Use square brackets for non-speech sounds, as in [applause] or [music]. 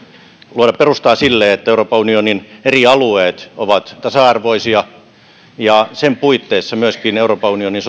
luoda perustaa sille että euroopan unionin eri alueet ovat tasa arvoisia ja sen puitteissa myöskin euroopan unionin [unintelligible]